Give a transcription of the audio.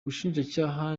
ubushinjacyaha